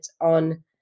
on